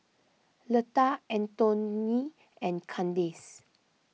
Leta Antone and Kandace